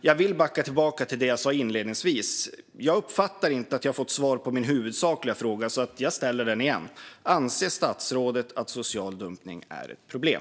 Jag vill backa till det jag sa inledningsvis. Jag uppfattar inte att jag har fått svar på min huvudsakliga fråga och ställer den därför igen. Anser statsrådet att social dumpning är ett problem?